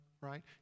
right